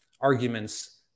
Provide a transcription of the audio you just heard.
arguments